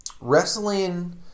wrestling